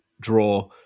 draw